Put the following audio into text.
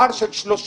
פער של 3.5%,